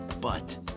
But-